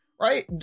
right